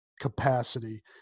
capacity